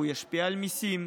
ישפיע על המיסים,